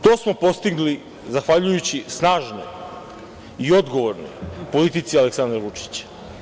To smo postigli zahvaljujući snažnoj i odgovornoj politici Aleksandra Vučića.